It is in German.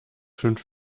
fünf